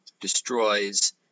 destroys